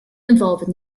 involving